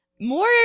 more